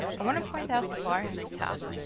i want to point out the bar at the top,